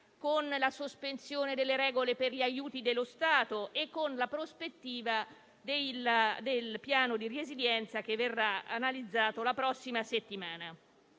con la sospensione delle regole per gli aiuti dello Stato e con la prospettiva del Piano di resilienza che verrà analizzato la prossima settimana.